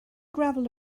gravel